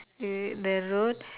hmm the road